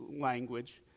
language